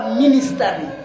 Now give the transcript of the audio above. ministry